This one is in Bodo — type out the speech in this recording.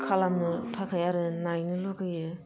खालामनो थाखाय आरो नायनो लुगैयो